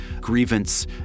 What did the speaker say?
grievance